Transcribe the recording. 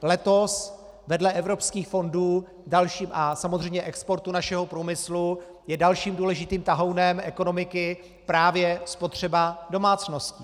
Letos vedle evropských fondů a samozřejmě exportu našeho průmyslu je dalším důležitým tahounem ekonomiky právě spotřeba domácností.